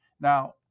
Now